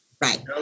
Right